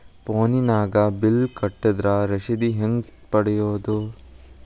ಫೋನಿನಾಗ ಬಿಲ್ ಕಟ್ಟದ್ರ ರಶೇದಿ ಹೆಂಗ್ ಪಡೆಯೋದು?